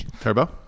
Turbo